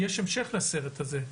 יש המשך לסרט הזה.